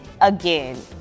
again